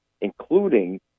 including